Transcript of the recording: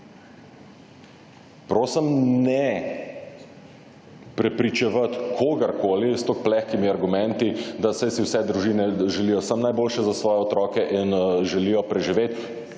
Prosim, ne prepričevati kogarkoli s temi plehkimi argumenti, da saj si vse družine želijo samo najboljše za svoje otroke in želijo preživeti.